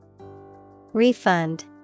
Refund